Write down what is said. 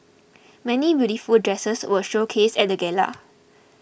many beautiful dresses were showcased at gala